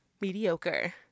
mediocre